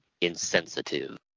insensitive